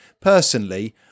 Personally